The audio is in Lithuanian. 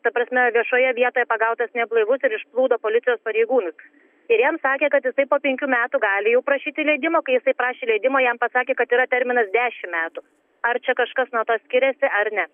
ta prasme viešoje vietoje pagautas neblaivus ir išplūdo policijos pareigūnus ir jam sakė kad jisai po penkių metų gali jau prašyti leidimo kai jisai prašė leidimo jam pasakė kad yra terminas dešim metų ar čia kažkas nuo to skiriasi ar ne